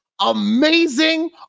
amazing